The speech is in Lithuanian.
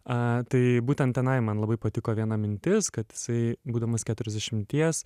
a tai būtent tenai man labai patiko viena mintis kad jisai būdamas keturiasdešimties